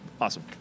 Awesome